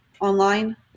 online